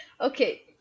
Okay